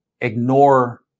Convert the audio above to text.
ignore